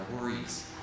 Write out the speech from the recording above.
worries